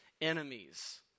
enemies